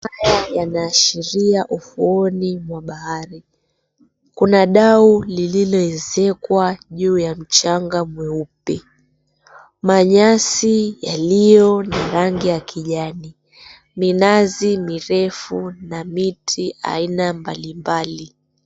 Haya yanaashiria ufuoni mwa bahari; kuna dau lililoezekwa juu ya mchanga mweupe, manyasi yaliyo ya rangi ya kijani, minazi mirefu na miti aina mbalimbali.